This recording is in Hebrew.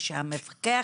ושהמפקח,